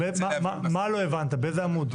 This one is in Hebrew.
מה לא הבנת, באיזה עמוד?